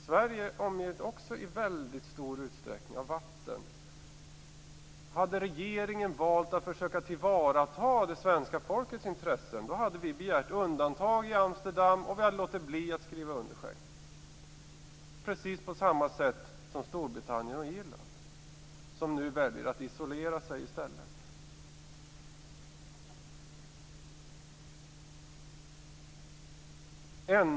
Sverige omges också i väldigt stor utsträckning av vatten. Hade regeringen valt att försöka att tillvarata det svenska folkets intressen, då hade vi begärt undantag i Amsterdam och vi hade låtit bli att skriva under Schengen - precis på samma sätt som Storbritannien och Irland har gjort. De väljer nu att isolera sig i stället.